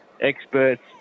experts